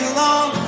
long